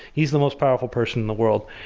he's the most powerful person in the world.